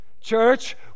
church